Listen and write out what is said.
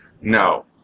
No